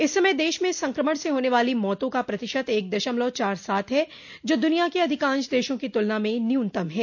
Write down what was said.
इस समय देश में संक्रमण से होने वाली मौतों का प्रतिशत एक दशमलव चार सात है जो दुनिया के अधिकांश देशों की तुलना में न्यूनतम है